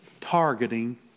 targeting